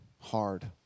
Hard